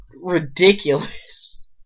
ridiculous